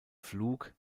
flug